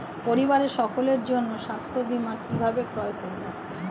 পরিবারের সকলের জন্য স্বাস্থ্য বীমা কিভাবে ক্রয় করব?